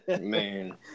Man